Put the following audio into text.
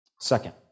Second